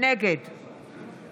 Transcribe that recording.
נגד